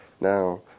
Now